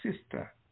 sister